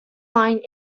line